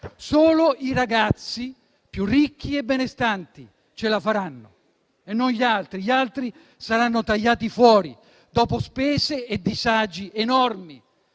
Solo i ragazzi più ricchi e benestanti ce la faranno, non gli altri, che saranno tagliati fuori dopo spese e disagi enormi